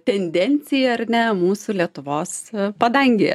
tendencija ar ne mūsų lietuvos padangėje